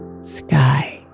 sky